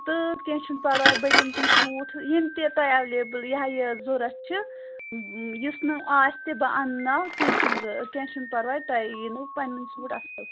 تہٕ کیٚنٛہہ چھُنہٕ پَرواے بہٕ دِمہٕ تِم سوٗٹ یِم تہِ تۄہہِ ایٚویلیبُل یہِ ہاے یہِ ضروٗرت چھِ یُس نہٕ آسہِ تہِ بہٕ اَنناو کیٚنٛہہ چھُنہٕ ضروٗرت کیٚنٛہہ چھُنہٕ پَرواے تۄہہِ یِنو پَنٕنۍ سوٗٹ اَصٕل